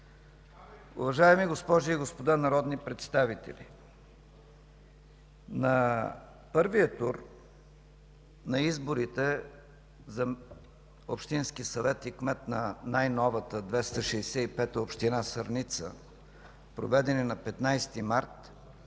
Уважаеми госпожи и господа народни представители, на първия тур на изборите за общински съвет и кмет на най-новата, 265-а община Сърница, проведени на 15 март